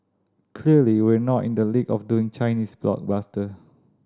clearly we're not in the league of doing Chinese blockbusters